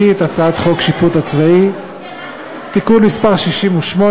שלישית את הצעת חוק השיפוט הצבאי(תיקון מס׳ 68),